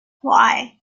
why